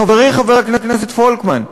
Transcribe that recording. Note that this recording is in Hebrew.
חברי חבר הכנסת פולקמן,